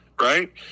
right